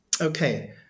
okay